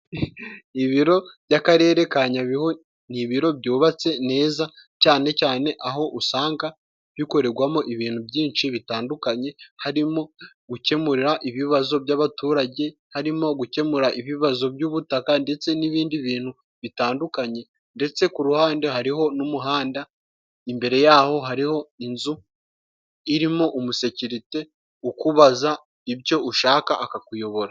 Ibiro by'Akarere ka Nyabihu ni ibiro byubatse neza, cyane cyane aho usanga bikoregwamo ibintu byinshi bitandukanye, harimo gukemura ibibazo by'abaturage, harimo gukemura ibibazo by'ubutaka ndetse n'ibindi bintu bitandukanye, ndetse ku ruhande hariho n'umuhanda, imbere yaho hariho inzu irimo umusekirite, ukubaza ibyo ushaka akakuyobora.